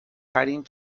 hiding